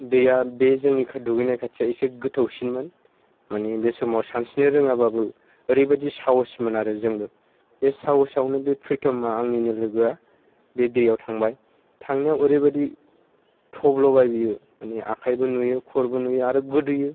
दैया बे जोंनि दुगैनाय खाथिया एसे गोथौसिनमोन माने बे समाव सानस्रिनो रोङाबाबो ओरैबायदि साहसमोन आरो जोंबो बे साहसावनो बे प्रिटमा आंनिनो लोगोआ बे दैयाव थांबाय थांनायाव ओरैबायदि थब्ल'बाय बियो माने आखाइबो नुयो खर'बो नुयो आरो गोदोयो